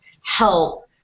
help